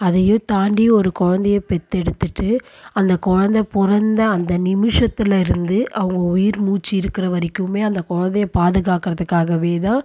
அதையும் தாண்டி ஒரு குழந்தைய பெற்தெடுத்துட்டு அந்த குழந்த பிறந்த அந்த நிமிஷத்துலருந்து அவங்க உயிர் மூச்சு இருக்கிற வரைக்குமே அந்த குழந்தைய பாதுகாக்குறதுக்காகவே தான்